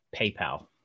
PayPal